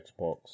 Xbox